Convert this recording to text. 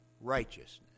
righteousness